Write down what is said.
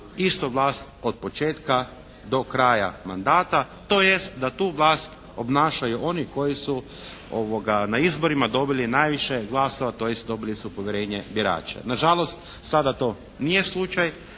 istu vlast od početka do kraja mandata, tj. da tu vlast obnašaju oni koji su na izborima dobili najviše glasova, tj. dobili su povjerenje birača. Nažalost, sada to nije slučaj.